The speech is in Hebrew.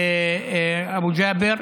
אבו ג'אבר,